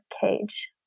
cage